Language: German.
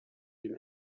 dem